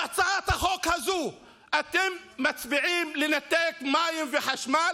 בהצעת החוק הזאת אתם מצביעים לנתק מים וחשמל